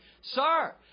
Sir